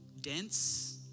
dense